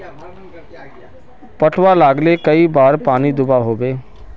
पटवा लगाले कई बार पानी दुबा होबे?